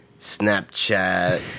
Snapchat